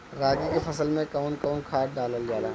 रागी के फसल मे कउन कउन खाद डालल जाला?